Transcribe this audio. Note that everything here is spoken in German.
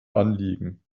anliegen